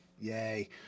Yay